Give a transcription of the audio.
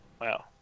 Wow